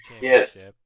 Yes